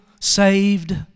saved